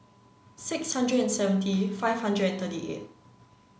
six hundred and seventy five hundred thirty eight